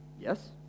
Yes